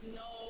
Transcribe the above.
no